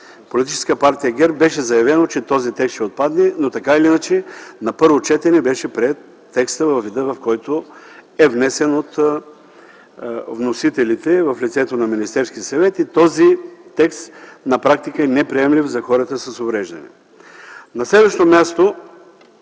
Политическа партия ГЕРБ беше заявено, че този текст ще отпадне, но на първо четене, така или иначе, беше приет текстът във вида, в който е внесен от вносителите в лицето на Министерския съвет. Този текст на практика е неприемлив за хората с увреждания.